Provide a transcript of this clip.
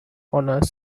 honors